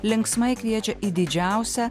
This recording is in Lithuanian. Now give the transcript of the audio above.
linksmai kviečia į didžiausią